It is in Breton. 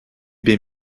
bet